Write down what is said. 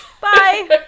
Bye